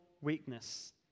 weakness